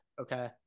okay